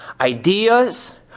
ideas